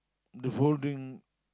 the folding